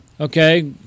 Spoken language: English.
Okay